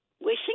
wishing